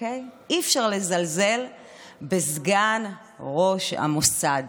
אי-אפשר לזלזל בסגן ראש המוסד